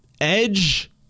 Edge